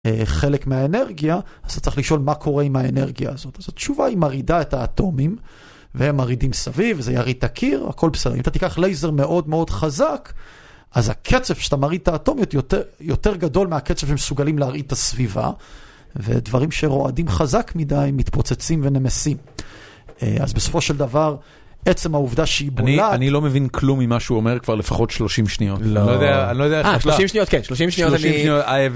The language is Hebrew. חלק מהאנרגיה, אז אתה צריך לשאול מה קורה עם האנרגיה הזאת. אז התשובה היא מרעידה את האטומים, והם מרעידים סביב, זה ירעיד את הקיר, הכל בסדר. אם אתה תיקח לייזר מאוד מאוד חזק, אז הקצב שאתה מרעיד את האטומיות יותר גדול מהקצב שהם מסוגלים להרעיד את הסביבה, ודברים שרועדים חזק מדי מתפוצצים ונמסים. אז בסופו של דבר, עצם העובדה שהיא בולעת... אני לא מבין כלום ממה שהוא אומר כבר לפחות 30 שניות. לא יודע, אני לא יודע... אה, 30 שניות, כן, 30 שניות אני...